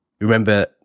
Remember